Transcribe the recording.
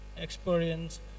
experience